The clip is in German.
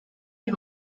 die